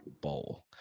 Bowl